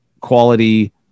quality